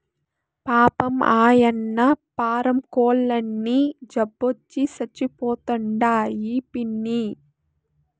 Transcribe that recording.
పాపం, ఆయన్న పారం కోల్లన్నీ జబ్బొచ్చి సచ్చిపోతండాయి పిన్నీ